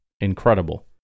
incredible